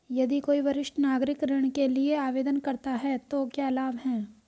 यदि कोई वरिष्ठ नागरिक ऋण के लिए आवेदन करता है तो क्या लाभ हैं?